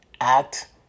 act